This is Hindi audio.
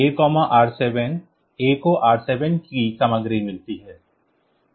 MOV AR7 A को R7 की सामग्री मिलती है